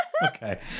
Okay